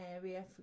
area